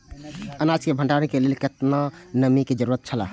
अनाज के भण्डार के लेल केतना नमि के जरूरत छला?